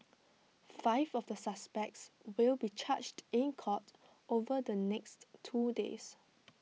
five of the suspects will be charged in court over the next two days